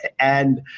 and